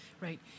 right